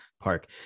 park